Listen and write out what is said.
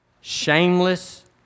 Shameless